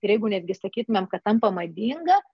ir jeigu netgi sakytumėm kad tampa madinga